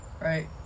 right